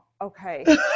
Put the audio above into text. okay